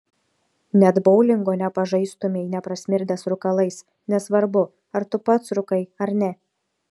net boulingo nepažaistumei neprasmirdęs rūkalais nesvarbu ar tu pats rūkai ar ne